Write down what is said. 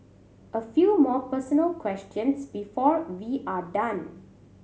a few more personal questions before we are done